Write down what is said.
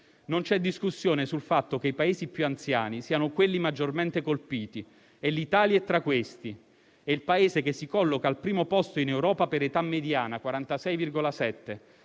Non c'è discussione sul fatto che i Paesi più anziani siano quelli maggiormente colpiti e l'Italia è tra questi. L'Italia è il Paese che si colloca al primo posto in Europa per età mediana (46,7),